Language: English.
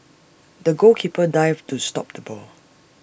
the goalkeeper dived to stop the ball